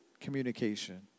communication